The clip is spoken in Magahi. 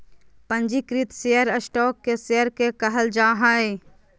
पंजीकृत शेयर स्टॉक के शेयर के कहल जा हइ